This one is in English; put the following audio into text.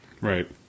right